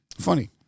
Funny